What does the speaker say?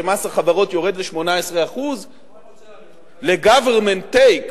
שמס החברות יורד ל-18% ל-government take,